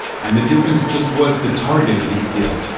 and the difference just was the target of the etl.